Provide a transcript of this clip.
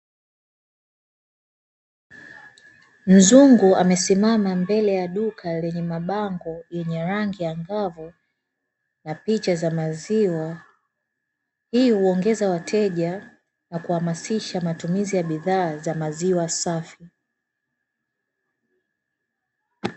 Mzungu amesimama mbele ya duka lenye mabango yenye rangi angavu na picha za maziwa. Hii huongeza wateja na kuhamasisha matumizi ya bidhaa za maziwa safi.